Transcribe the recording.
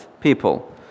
people